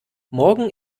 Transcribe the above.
morgen